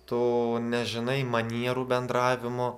tu nežinai manierų bendravimo